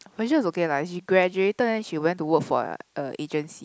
Felicia is okay lah she graduated then she went to work for uh a agency